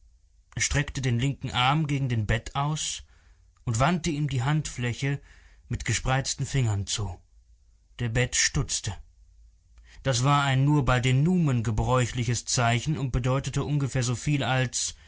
er streckte den linken arm gegen den bed aus und wandte ihm die handfläche mit gespreizten fingern zu der bed stutzte das war ein nur bei den numen gebräuchliches zeichen und bedeutete ungefähr soviel als